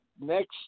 next